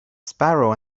sparrow